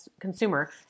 consumer